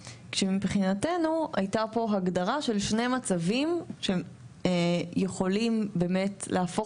כשמבחינתו הייתה פה הגדרה של שני מצבים שיכולים באמת להפוך